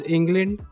England